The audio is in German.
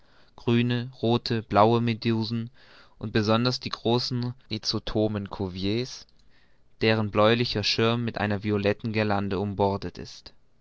grüne rothe blaue medusen und besonders die großen rhizotomen cuvier's deren bläulicher schirm mit einer violetten guirlande umbordet ist